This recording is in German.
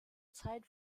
zeit